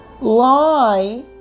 lie